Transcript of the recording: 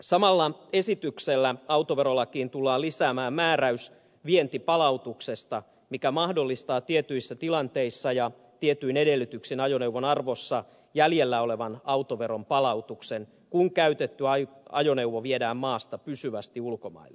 samalla esityksellä autoverolakiin tullaan lisäämään määräys vientipalautuksesta mikä mahdollistaa tietyissä tilanteissa ja tietyin edellytyksin ajoneuvon arvossa jäljellä olevan autoveron palautuksen kun käytetty ajoneuvo viedään maasta pysyvästi ulkomaille